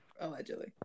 allegedly